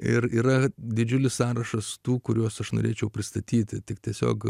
ir yra didžiulis sąrašas tų kuriuos aš norėčiau pristatyti tik tiesiog